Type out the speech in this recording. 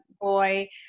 boy